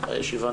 הישיבה נעולה.